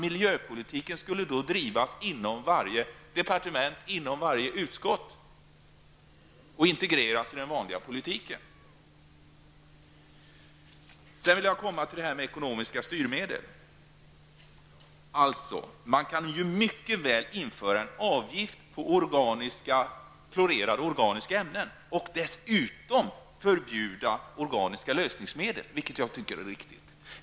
Miljöpolitiken skulle drivas inom varje departement och inom varje utskott och integreras i den vanliga politiken. Sedan kommer jag till frågan om ekonomiska styrmedel. Man kan mycket väl införa en avgift på klorerade organiska ämnen och dessutom förbjuda organiska lösningsmedel, någonting som jag tycker är riktigt.